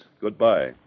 Goodbye